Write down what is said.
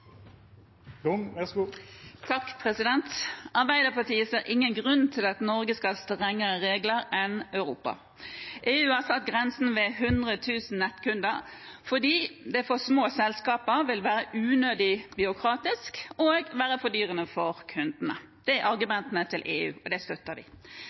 Arbeiderpartiet ser ingen grunn til at Norge skal ha strengere regler enn Europa. EU har satt grensen ved 100 000 nettkunder fordi det for små selskaper vil være unødig byråkratisk og fordyrende for kundene. Det er argumentene til EU, og dem støtter vi.